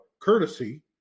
courtesy